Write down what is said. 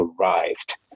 arrived